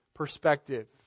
perspective